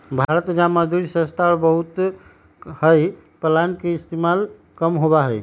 भारत में जहाँ मजदूरी सस्ता और बहुत हई प्लांटर के इस्तेमाल कम होबा हई